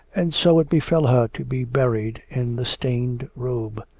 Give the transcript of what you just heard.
and so it befell her to be buried in the stained robe.